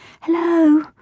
Hello